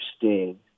interesting